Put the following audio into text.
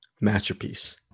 masterpiece